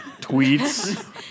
Tweets